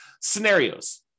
scenarios